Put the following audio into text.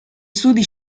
studi